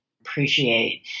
appreciate